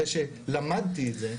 אחרי שלמדתי את זה,